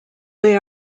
they